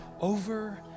over